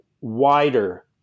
wider